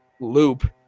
loop